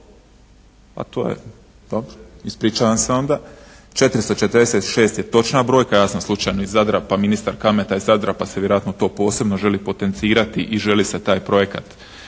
To je. Dobro. Ispričavam se onda. 446 je točna brojka, ja sam slučajno iz Zadra, pa ministar Kalmeta je iz Zadra pa se vjerojatno to posebno želi potencirati i želi se taj projekat